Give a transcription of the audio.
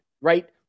Right